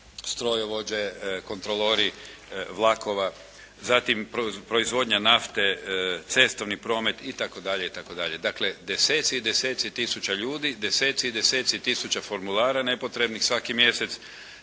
strojovođe, kontrolori vlakova, zatim proizvodnja nafte, cestovni promet i tako dalje, i tako dalje. Dakle, deseci i deseci tisuća ljudi, deseci i deseci tisuća formulara nepotrebnih svaki mjesec,